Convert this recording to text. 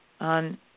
on